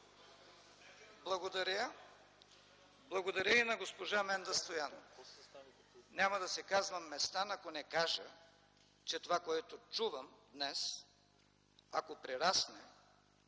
Благодаря. Благодаря и на госпожа Менда Стоянова. Няма да се казвам Местан, ако не кажа, че това, което чувам днес, ако прерасне